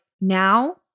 now